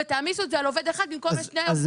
ותעמיסו את זה על עובד אחד במקום על שני עובדים,